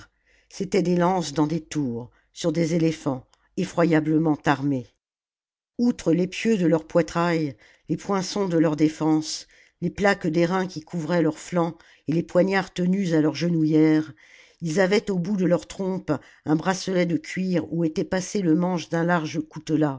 c'étaient des lances dans des tours sur des éléphants effroyablement armés outre l'épieu de leur poitrail les poinçons de leurs défenses les plaques d'airain qui couvraient leurs flancs et les poignards tenus à leurs genouillères ils avaient au bout de leurs trompes un bracelet de cuir oii était passé le manche d'un large